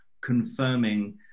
confirming